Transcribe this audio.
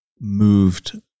moved